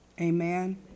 amen